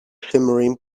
shimmering